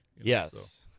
Yes